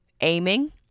Aiming